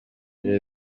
ibi